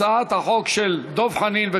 הצעת חוק שירות המילואים (תיקון,